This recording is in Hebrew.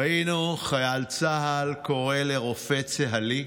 ראינו חייל צה"ל קורא לרופא צה"לי: